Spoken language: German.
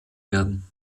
werden